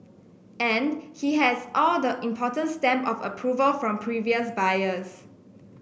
and he has all the important stamp of approval from previous buyers